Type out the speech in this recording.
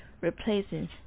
Replacing